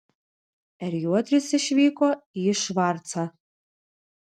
r juodris išvyko į švarcą